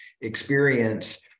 experience